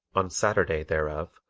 on saturday thereof,